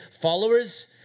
followers